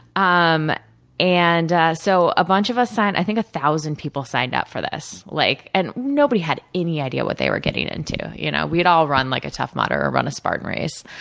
um and so, a bunch of us signed i think one thousand people signed up for this, like and nobody had any idea what they were getting into. you know we had all run like a tough mudder, or run a spartan race,